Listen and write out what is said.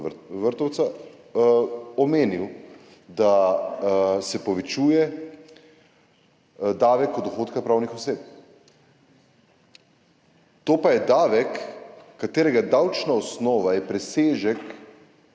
Vrtovca omenil, da se povečuje davek od dohodka pravnih oseb. To pa je davek, katerega davčna osnova je presežek